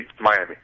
Miami